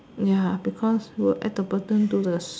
ya because will add the person to the